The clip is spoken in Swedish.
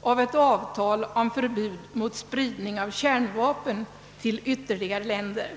av ett avtal om förbud mot spridning av kärnvapen till nya länder».